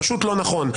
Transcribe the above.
פשוט לא נכון.